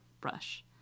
brush